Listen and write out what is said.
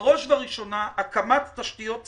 בראש וראשונה הקמת תשתיות ציבוריות.